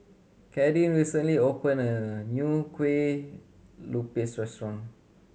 Kadyn recently open a new Kueh Lupis restaurant